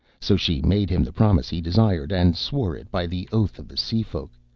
so she made him the promise he desired, and sware it by the oath of the sea-folk.